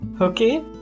Okay